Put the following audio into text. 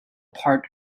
part